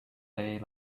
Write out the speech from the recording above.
day